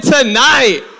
tonight